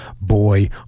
boy